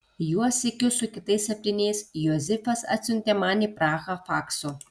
juos sykiu su kitais septyniais josifas atsiuntė man į prahą faksu